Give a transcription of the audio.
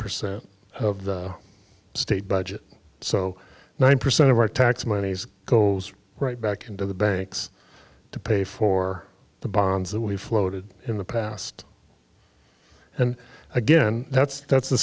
percent of the state budget so nine percent of our tax money goes right back into the banks to pay for the bonds that we floated in the past and again that's that's the